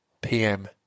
PM